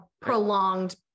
Prolonged